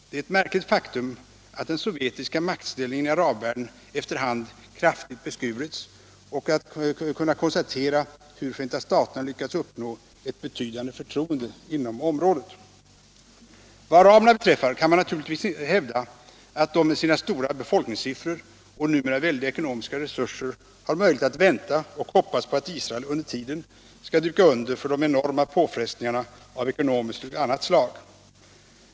Det är ett märkligt faktum att den sovjetiska maktställningen i arabvärlden efter hand har kraftigt beskurits och att man kan konstatera hur Förenta staterna har lyckats uppnå ett betydande förtroende inom området. Vad araberna beträffar kan man naturligt hävda att de med sina stora befolkningssiffror och numera väldiga ekonomiska resurser har möjlighet att vänta och hoppas på att Israel under tiden skall duka under för de enorma påfrestningarna av ekonomiskt och annat slag.